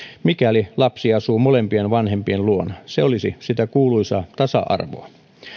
mikäli lapsi asuu molempien vanhempien luona se olisi sitä kuuluisaa tasa arvoa